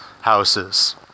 houses